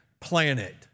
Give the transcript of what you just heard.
planet